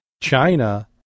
China